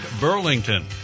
Burlington